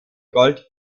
gold